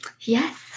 Yes